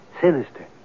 sinister